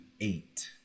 eight